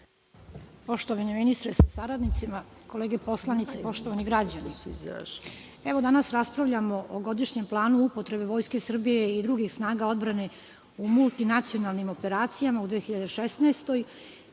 Poštovani ministre sa saradnicima, kolege poslanici, poštovani građani, danas raspravljamo o Godišnjem planu upotrebe Vojske Srbije i drugih snaga odbrane u multinacionalnim operacijama u 2016.